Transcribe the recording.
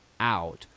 out